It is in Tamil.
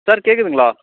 சார் கேட்குதுங்களா